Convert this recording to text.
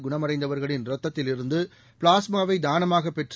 குணமடைந்தவர்களின் ரத்தத்திலிருந்து பிளாஸ்மாவை தானமாக பெற்று